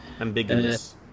Ambiguous